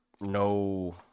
no